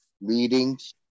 meetings